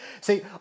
See